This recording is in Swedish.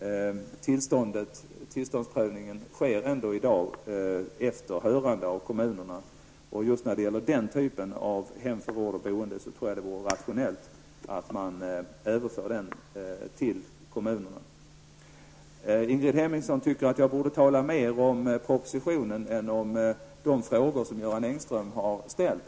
Tillståndsprövningen sker ändå i dag efter hörande av kommunerna. Just när det gäller den typen av hem för vård eller boende tror jag att det vore rationellt med en överföring till kommunerna. Ingrid Hemmingsson tycker att jag borde tala mer om propositionen än om de frågor som Göran Engström har ställt.